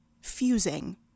fusing